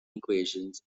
equations